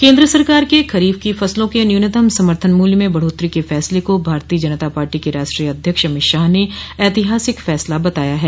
केन्द्र सरकार के खरीफ की फसलों के न्यूनतम समर्थन मूल्य में बढ़ोत्तरी के फैसले को भारतीय जनता पार्टी के राष्ट्रीय अध्यक्ष अमित शाह ने ऐतिहासिक फैसला बताया है